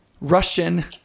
Russian